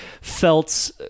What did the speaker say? felt